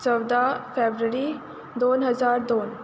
चवदा फेब्रुरी दोन हजार दोन